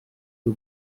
kui